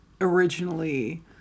originally